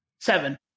Seven